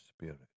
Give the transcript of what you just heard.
Spirit